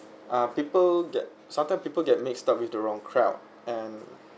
ah people get sometime people get mixed up with the wrong crowd and